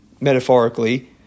metaphorically